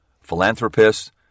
philanthropist